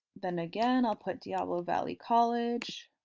then again i'll put diablo valley college.